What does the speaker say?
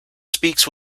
speaks